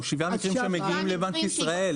שבעה מקרים שמגיעים לבנק ישראל.